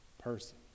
person